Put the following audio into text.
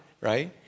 Right